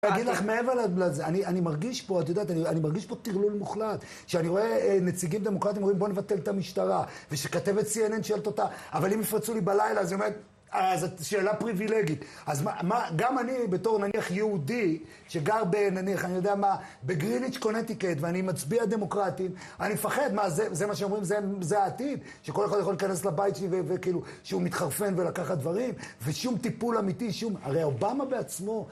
אני אגיד לך מעבר לזה, אני מרגיש פה, את יודעת, אני מרגיש פה טרלול מוחלט. שאני רואה נציגים דמוקרטיים אומרים בוא נבטל את המשטרה, ושכתבת CNN שואלת אותה, אבל אם יפרצו לי בלילה? אז היא אומרת, שאלה פריווילגית, אז גם אני בתור נניח יהודי שגר בנניח, אני יודע מה, בגריניץ' קונטיקט, ואני מצביע דמוקרטים, אני מפחד, מה זה מה שאומרים זה העתיד? שכל אחד יכול להיכנס לבית שלי שהוא מתחרפן ולקח דברים? ושום טיפול אמיתי שום... הרי אובמה בעצמו